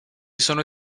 sono